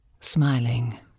Smiling